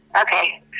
Okay